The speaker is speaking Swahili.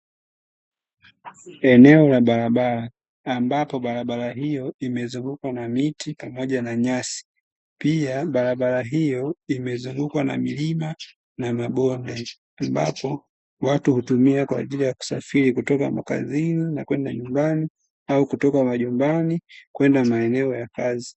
Eneo la barabara ambapo barabara hiyo imezungukwa na miti pamoja na nyasi. Pia barabara hiyo imezungukwa na milima na mabonde, ambapo watu hutumia kwa ajili ya kusafiri kutoka makazini na kwenda nyumbani au kutoka majumbani kwenda maeneo ya kazi.